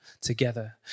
Together